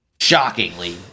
shockingly